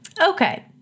Okay